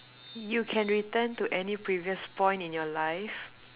you can return to any previous point in your life